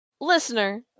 Listener